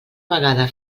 vegada